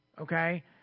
okay